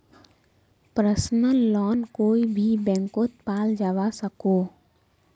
personal loan कोए भी बैंकोत पाल जवा सकोह